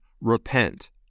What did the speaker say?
repent